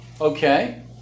Okay